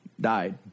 died